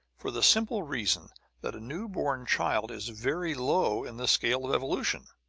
for the simple reason that a newborn child is very low in the scale of evolution.